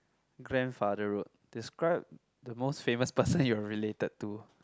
grandfather road describe the most famous person you're related to